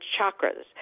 chakras